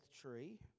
tree